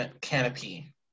Canopy